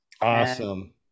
Awesome